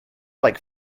like